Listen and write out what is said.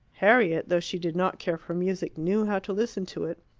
harriet, though she did not care for music, knew how to listen to it.